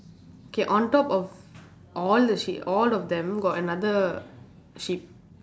K on top of all the sheep all of them got another sheep